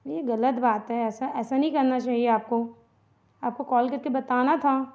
यह ग़लत बात है ऐसा ऐसा नहीं करना चाहिए आपको आपको कॉल करके बताना था